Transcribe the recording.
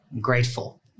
grateful